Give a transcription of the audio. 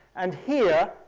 and here,